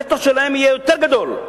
הנטו שלהם יהיה יותר גדול,